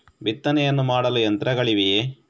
ಬಿತ್ತನೆಯನ್ನು ಮಾಡಲು ಯಂತ್ರಗಳಿವೆಯೇ?